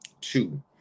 two